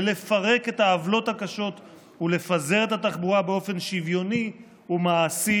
לפרק את העוולות הקשות ולפזר את התחבורה באופן שוויוני ומעשי